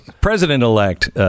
president-elect